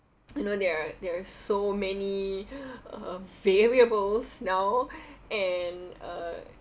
you know there are there are so many uh variables now and uh